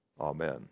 amen